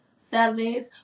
Saturdays